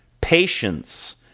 patience